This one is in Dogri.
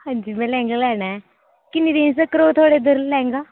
हांजी मैं लैंह्गा लैना ऐ किन्नी रेंज तकर होग थोआड़े उद्धर लैंह्गा